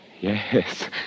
Yes